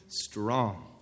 strong